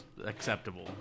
Acceptable